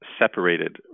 separated